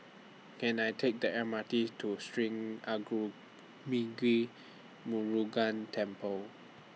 Can I Take The M R T to Sri Arulmigu Murugan Temple